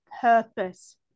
purpose